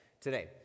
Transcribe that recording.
today